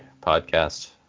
podcast